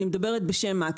אני מדברת בשם מקס,